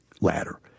ladder